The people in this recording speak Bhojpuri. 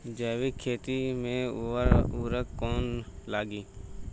जैविक खेती मे उर्वरक कौन लागी?